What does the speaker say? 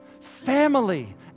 Family